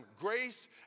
grace